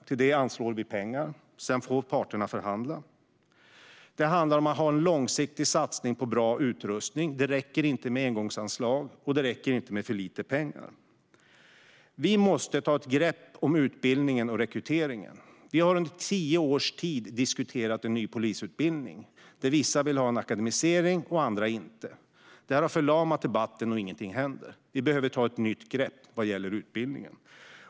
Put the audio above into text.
För detta anslår vi pengar, och sedan får parterna förhandla. Det handlar om en långsiktig satsning på bra utrustning. Det räcker inte med engångsanslag, och det räcker inte med för lite pengar. Vi måste ta ett grepp om utbildningen och rekryteringen. Vi har under tio års tid diskuterat en ny polisutbildning. Vissa vill ha en akademisering, andra inte. Detta har förlamat debatten, och ingenting händer. Vi behöver ta ett nytt grepp när det gäller utbildningen.